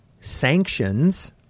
sanctions